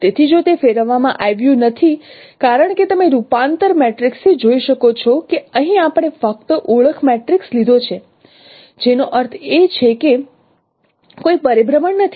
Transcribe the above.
તેથી જો તે ફેરવવામાં આવ્યું નથી કારણ કે તમે રૂપાંતર મેટ્રિક્સથી જોઈ શકો છો કે અહીં આપણે ફક્ત ઓળખ મેટ્રિક્સ લીધો છે જેનો અર્થ છે કે કોઈ પરિભ્રમણ નથી